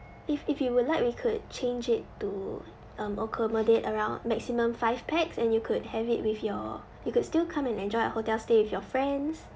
if if you would like we could change it to um accommodate around maximum five pax and you could have it with your you could still come and enjoy our hotel stay with your friends